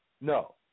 No